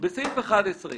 הסתייגות 11: בסעיף קטן (א),